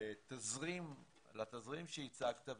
לתזרים שהצגת,